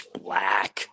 black